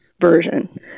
version